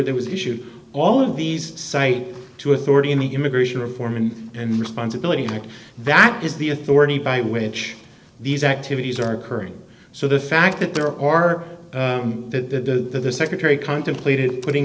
there was issued all of these site to authority in the immigration reform and and responsibility act that is the authority by which these activities are occurring so the fact that there are that the secretary contemplated putting